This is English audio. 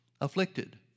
Afflicted